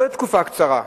ולא לתקופה קצרה.